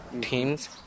teams